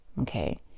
Okay